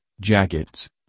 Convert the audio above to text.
jackets